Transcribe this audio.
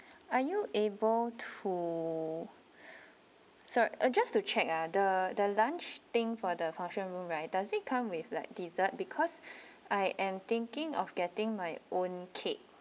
are you able to sir uh just to check ah the the lunch thing for the function room right does it come with like dessert because I am thinking of getting my own cake